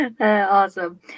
awesome